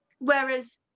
Whereas